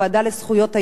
בוועדה לזכויות הילד,